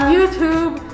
YouTube